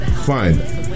Fine